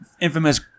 infamous